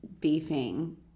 beefing